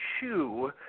shoe